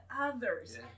others